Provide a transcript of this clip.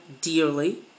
dearly